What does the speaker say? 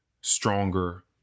stronger